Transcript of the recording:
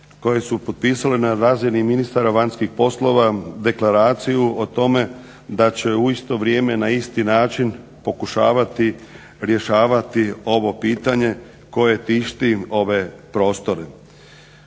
koje su potpisale na razini ministara vanjskih poslova deklaraciju o tome da će u isto vrijeme na isti način pokušavati rješavati ovo pitanje koje tišti ove prostore.